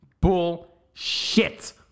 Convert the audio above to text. bullshit